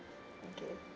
okay